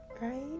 right